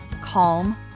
Calm